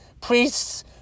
priests